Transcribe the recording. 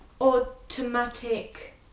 automatic